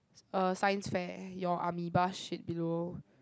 uh science fair your amoeba shit below